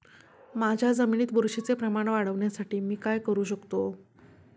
माझ्या जमिनीत बुरशीचे प्रमाण वाढवण्यासाठी मी काय करू शकतो?